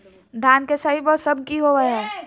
धान के सही मौसम की होवय हैय?